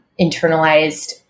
internalized